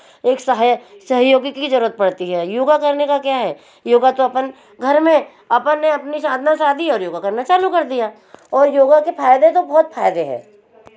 एक साहय सहयोगी की ज़रूरत पड़ती है योग करने का क्या है योग तो अपन घर में अपन अपनी साधना सादी का करना चालू कर दिया और योग के फ़ायदे तो बहुत फ़ायदे हैं